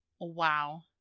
Wow